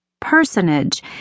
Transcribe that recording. Personage